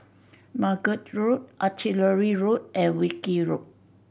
Margate Road Artillery Road and Wilkie Road